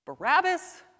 Barabbas